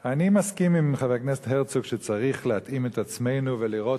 אני מסכים עם חבר הכנסת הרצוג שצריך להתאים את עצמנו ולראות